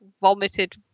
vomited